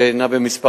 שהיא בכמה מישורים.